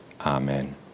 amen